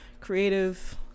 creative